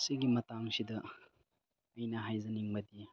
ꯑꯁꯤꯒꯤ ꯃꯇꯥꯡꯁꯤꯗ ꯑꯩꯅ ꯍꯥꯏꯖꯅꯤꯡꯕꯗꯤ